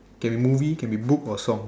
can be movie can be book or song